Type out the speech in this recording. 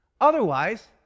otherwise